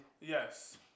Yes